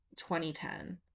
2010